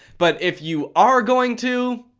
but if you are going to,